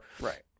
Right